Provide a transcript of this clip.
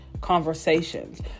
conversations